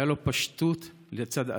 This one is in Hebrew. הייתה לו פשטות לצד אצילות,